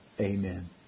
Amen